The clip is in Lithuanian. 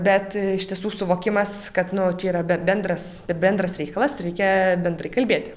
bet iš tiesų suvokimas kad nu čia yra be bendras bendras reikalas reikia bendrai kalbėti